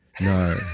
No